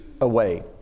away